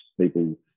people